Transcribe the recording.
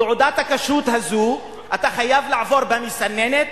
תעודת הכשרות הזאת, אתה חייב לעבור במסננת,